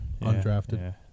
undrafted